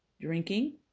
drinking